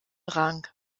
rang